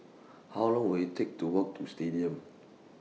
How Long Will IT Take to Walk to Stadium